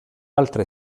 altre